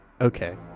Okay